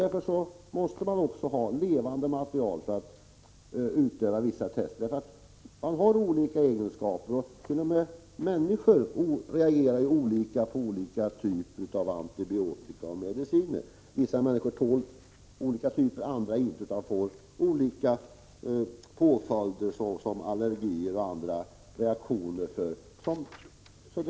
Därför måste man också ha levande material för att utföra vissa tester. T. o. m. människor reagerar olika vid behandling med olika typer av antibiotika och andra mediciner. Vissa människor tål vissa typer av mediciner som andra inte tål. Om de inte tål medicinerna kan de få allergier och andra reaktioner.